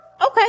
Okay